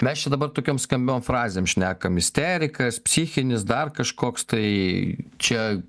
mes čia dabar tokiom skambiom frazėm šnekam isterikas psichinis dar kažkoks tai čia